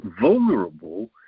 vulnerable